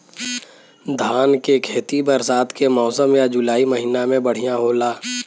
धान के खेती बरसात के मौसम या जुलाई महीना में बढ़ियां होला?